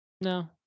No